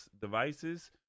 devices